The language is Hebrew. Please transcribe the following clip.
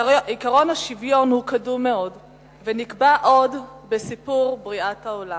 עקרון השוויון הוא קדום מאוד ונקבע עוד בסיפור בריאת העולם: